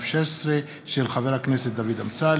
התשע"ו 2016, מאת חבר הכנסת דוד אמסלם.